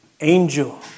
Angel